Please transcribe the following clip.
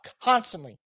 constantly